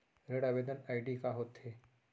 ऋण आवेदन आई.डी का होत हे?